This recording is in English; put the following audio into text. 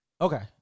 Okay